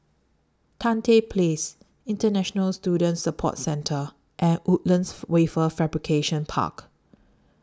Tan Tye Place International Student Support Centre and Woodlands Wafer Fabrication Park